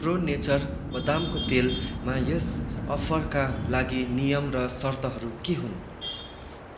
pro nature बदामको तेलमा यस अफरका लागि नियम र सर्तहरू के हुन्